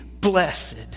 blessed